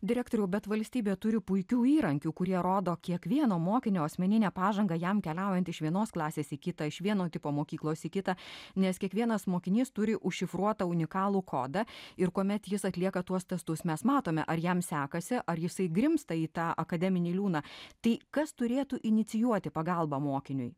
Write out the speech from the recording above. direktoriau bet valstybė turi puikių įrankių kurie rodo kiekvieno mokinio asmeninę pažangą jam keliaujant iš vienos klasės į kitą iš vieno tipo mokyklos į kitą nes kiekvienas mokinys turi užšifruotą unikalų kodą ir kuomet jis atlieka tuos testus mes matome ar jam sekasi ar jisai grimzta į tą akademinį liūną tai kas turėtų inicijuoti pagalbą mokiniui